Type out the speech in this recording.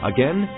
Again